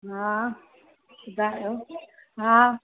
हा ॿुधायो हा